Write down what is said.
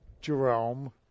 Jerome